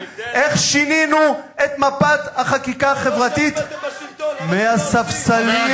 איך שינינו את מפת החקיקה החברתית מהספסלים.